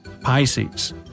Pisces